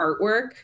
artwork